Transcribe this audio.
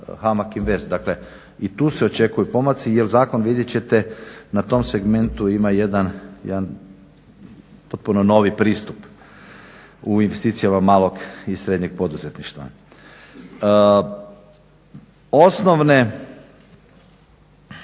HAMAG Invest. I tu se očekuju pomaci jer zakon vidjet ćete na tom segmentu ima jedan potpuno novi pristup u investicijama malog i srednjeg poduzetništva. Osnovne